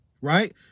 right